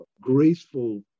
graceful